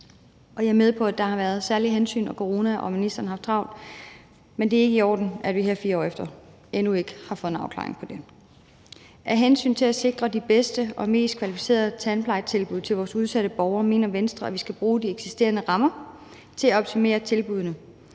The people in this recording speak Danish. jeg er med på, at der har været særlige hensyn og corona, og at ministeren har haft travlt, men det er ikke i orden, at vi her snart 4 år efter endnu ikke har fået en afklaring på det. Af hensyn til at sikre de bedste og mest kvalificerede tandplejetilbud til vores udsatte borgere mener Venstre, at vi skal bruge de eksisterende rammer til at optimere tilbuddene.